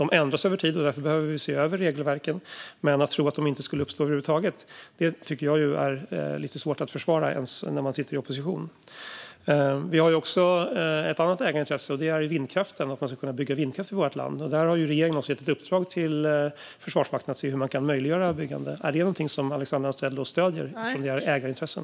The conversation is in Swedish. De ändras över tid, och därför behöver vi se över regelverken. Men tron att de inte skulle uppstå över huvud taget tycker jag är lite svår att försvara ens om man sitter i opposition. Vi har också ett annat ägarintresse, och det är vindkraften och att man ska kunna bygga vindkraft i vårt land. Regeringen har gett ett uppdrag till Försvarsmakten att se hur man kan möjliggöra byggande. Är det någonting som Alexandra Anstrell stöder eftersom vi har ägarintressen?